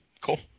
cool